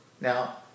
Now